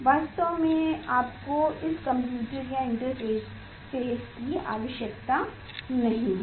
वास्तव में आपको इस कंप्यूटर या इंटरफ़ेस की आवश्यकता नहीं है